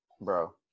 Bro